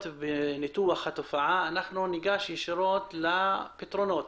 וניתוח התופעה אלא ניגש ישירות לפתרונות.